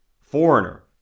foreigner